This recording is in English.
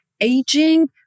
aging